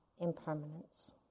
impermanence